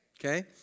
okay